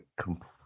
complete